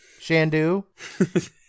Shandu